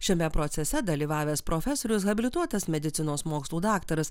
šiame procese dalyvavęs profesorius habilituotas medicinos mokslų daktaras